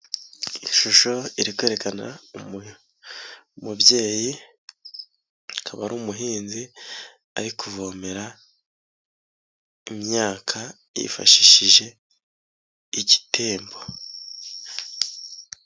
Ishusho iri kwerekana umubyeyi, akaba ari umuhinzi ari kuvomera imyaka yifashishije igitembo.